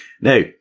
Now